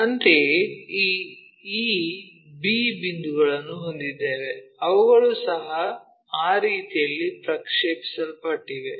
ಅಂತೆಯೇ ಈ e b ಬಿಂದುಗಳನ್ನು ಹೊಂದಿದ್ದೇವೆ ಅವುಗಳು ಸಹ ಆ ರೀತಿಯಲ್ಲಿ ಪ್ರಕ್ಷೇಪಿಸಲ್ಪಟ್ಟಿವೆ